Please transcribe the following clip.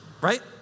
right